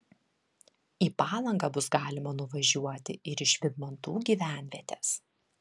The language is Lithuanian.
į palangą bus galima nuvažiuoti ir iš vydmantų gyvenvietės